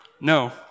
no